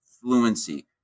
fluency